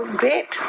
great